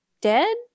dead